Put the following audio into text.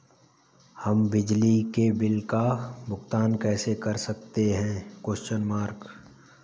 हम बिजली के बिल का भुगतान कैसे कर सकते हैं?